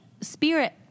spirit